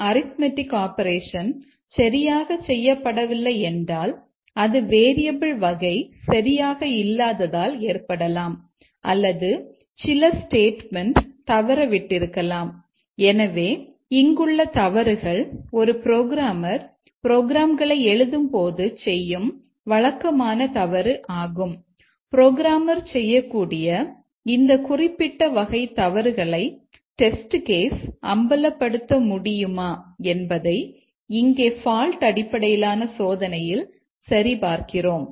அதேசமயம் பால்ட் அடிப்படையிலான சோதனையில் சரிபார்க்கிறோம்